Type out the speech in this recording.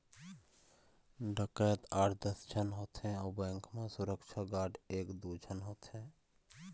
डकैत आठ दस झन होथे अउ बेंक म सुरक्छा गार्ड एक दू झन होथे